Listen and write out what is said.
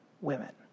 women